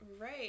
Right